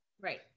Right